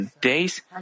days